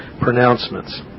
pronouncements